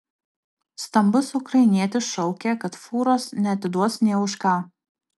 stambus ukrainietis šaukė kad fūros neatiduos nė už ką